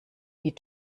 die